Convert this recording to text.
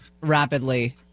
rapidly